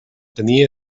tenia